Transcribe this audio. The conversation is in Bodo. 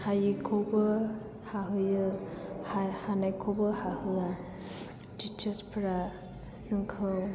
हायैखौबो हाहोयो हानायखौबो हाहोवा टिचार्स फोरा जोंखौ